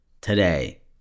today